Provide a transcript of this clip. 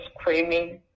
screaming